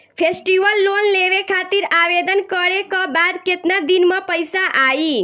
Festival loan लेवे खातिर आवेदन करे क बाद केतना दिन म पइसा आई?